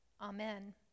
Amen